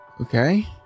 okay